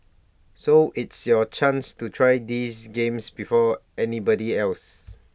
so it's your chance to try these games before anybody else